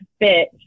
fit